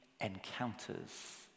encounters